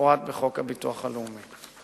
כמפורט בחוק הביטוח הלאומי.